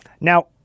Now